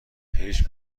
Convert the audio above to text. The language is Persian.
هیچ